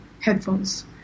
headphones